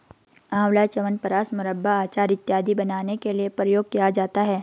आंवला च्यवनप्राश, मुरब्बा, अचार इत्यादि बनाने के लिए प्रयोग किया जाता है